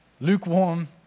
lukewarm